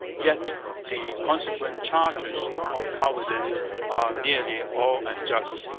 yet the consequent charges of cowardice are nearly all unjust.